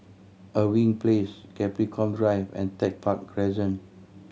Irving Place Capricorn Drive and Tech Park Crescent